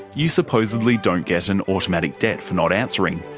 you supposedly don't get an automatic debt for not answering.